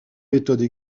méthodes